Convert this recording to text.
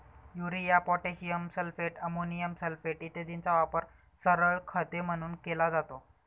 urea, potassium sulphate, ammonium sulphate इत्यादींचा वापर सरळ खते म्हणून केला जातो